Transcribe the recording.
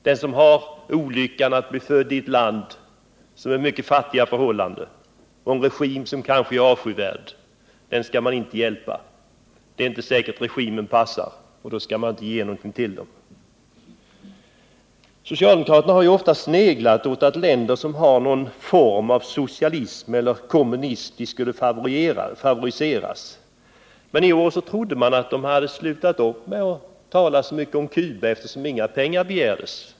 Den som har olyckan att bli född i ett land som har mycket fattiga förhållanden och en regim som kanske är avskyvärd skall inte hjälpas, ty det är inte säkert att regimen passar. Socialdemokraterna har ofta sneglat mot att länder som har någon form av socialism eller kommunism skall favoriseras. I år trodde man emellertid att de hade slutat upp med att tala om Cuba, eftersom inga pengar begärdes.